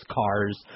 cars